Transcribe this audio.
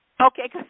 Okay